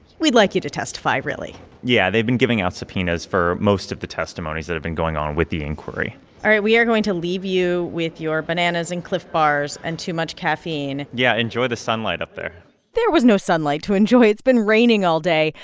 we'd like you to testify, really yeah, they've been giving out subpoenas for most of the testimonies that have been going on with the inquiry all right, we are going to leave you with your bananas and clif bars and too much caffeine yeah, enjoy the sunlight up there there was no sunlight to enjoy. it's been raining all day.